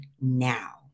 now